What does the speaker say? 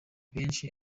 benshi